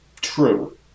true